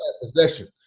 possession